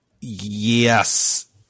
Yes